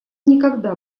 никогда